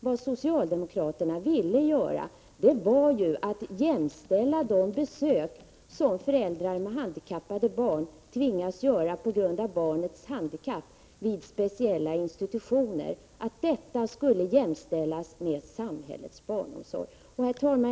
Vad socialdemokraterna ville göra var att jämställa de besök föräldrar med handikappade barn på grund av barnets handikapp tvingas göra vid speciella institutioner, med samhällets barnomsorg. Herr talman!